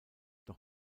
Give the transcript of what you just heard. doch